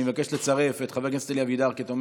אני מבקש לצרף את חבר הכנסת אלי אבידר כתומך,